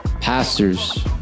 pastors